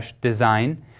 design